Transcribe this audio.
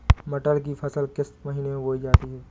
मटर की फसल किस महीने में बोई जाती है?